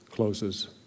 closes